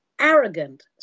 arrogant